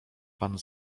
pan